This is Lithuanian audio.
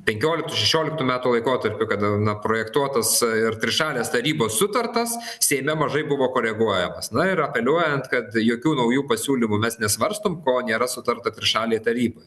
penkioliktų šešioliktų metų laikotarpiu kada na projektuotas ir trišalės tarybos sutartas seime mažai buvo koreguojamas na ir apeliuojant kad jokių naujų pasiūlymų mes nesvarstom ko nėra sutarta trišalėj taryboj